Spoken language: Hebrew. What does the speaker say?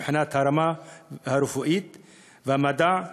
מבחינת הרמה הרפואית והמדע,